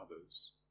others